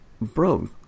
bro